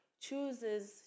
chooses